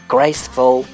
graceful